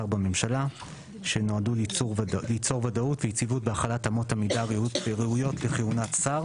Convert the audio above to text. בממשלה שנועדו ליצור ודאות ויציבות בהחלת אמות מידה ראויות לכהונת שר